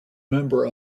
member